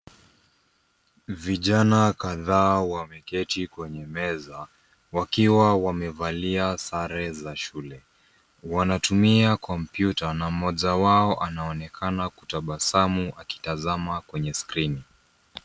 Vijana kadhaa wameketi kwenye meza, wakiwa wamevalia sare za shule. Wanatumia kompyuta na mmoja wao anaonekana kutabasamu akitazama kwenye skrini.